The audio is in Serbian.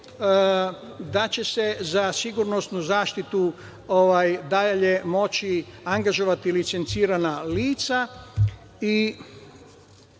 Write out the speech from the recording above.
da će se za sigurnosnu zaštitu dalje moći angažovati licencirana lica i,